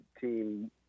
team